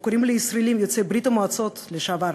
או קוראים לישראלים יוצאי ברית-המועצות לשעבר,